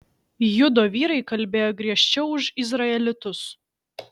judo vyrai kalbėjo griežčiau už izraelitus